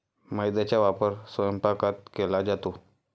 मैद्याचा वापर स्वयंपाकात केला जातो